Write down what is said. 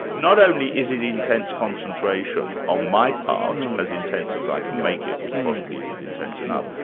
not only is it intense concentration on my part, as intense as i can make it, which possibly isn't intense enough,